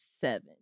seven